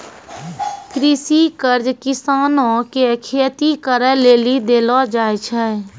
कृषि कर्ज किसानो के खेती करे लेली देलो जाय छै